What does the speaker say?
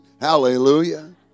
hallelujah